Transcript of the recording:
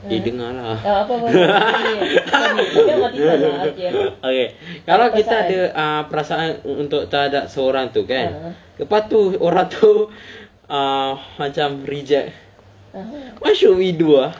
eh dengar lah okay kalau kita uh perasaan untuk terhadap seseorang tu kan lepas tu orang tu uh macam reject what should we do ah